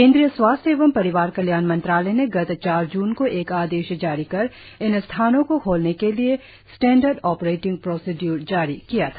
केंद्रीय स्वास्थ्य एवं परिवार कल्याण मंत्रालय ने गत चार जून को एक आदेश जारी कर इन स्थानों को खोलने के लिए स्टेंडार्ट आपरेटिंग प्रोसेड़यर जारी किया था